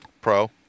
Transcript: Pro